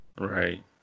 Right